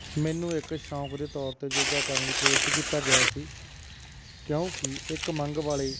ਮੈਨੂੰ ਇੱਕ ਸ਼ੌਕ ਦੇ ਤੌਰ 'ਤੇ ਯੋਗਾ ਕਰਨ ਲਈ ਪ੍ਰੇਰਿਤ ਕੀਤਾ ਗਿਆ ਸੀ ਕਿਉਂਕਿ ਇੱਕ ਮੰਗ ਵਾਲੇ